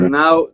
now